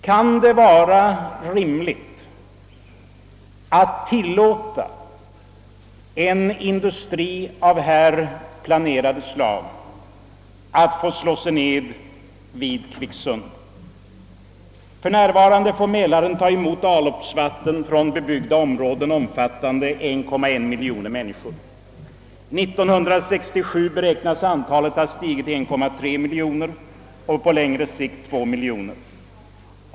Kan det då vara rimligt att tillåta en industri av detta slag att slå sig ned vid Kvicksund? För närvarande får Mälaren ta emot avloppsvatten från bebyggda områden som hyser cirka 1,1 miljon människor. 1967 beräknas detta antal ha stigit till 1,3 miljon och på lång sikt till 2 miljoner.